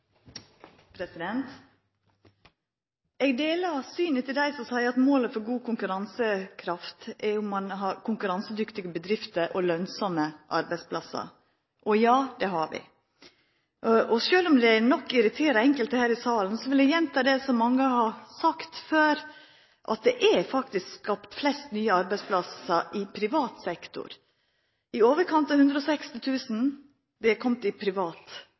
om ein har konkurransedyktige bedrifter og lønsame arbeidsplassar – og det har vi. Sjølv om det nok irriterer enkelte her i salen, vil eg gjenta det som mange har sagt før, at det er faktisk skapt flest nye arbeidsplassar i privat sektor. I overkant av 160 000 er komne i privat